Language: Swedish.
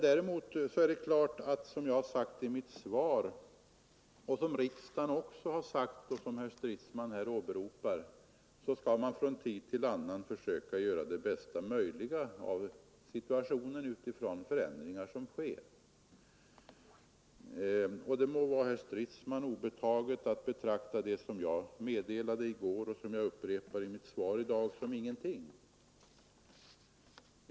Däremot är det klart att man från tid till annan skall försöka se över det hela och göra det bästa av situationen med utgångspunkt från de förändringar som skett — det har jag sagt i mitt svar, det har riksdagen uttalat, och det är det uttalandet som herr Stridsman här åberopar. Det är herr Stridsman obetaget att betrakta det som jag meddelade i går och som jag upprepar i mitt svar i dag som ingenting.